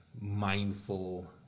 mindful